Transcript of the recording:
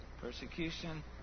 persecution